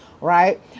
right